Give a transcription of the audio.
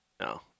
No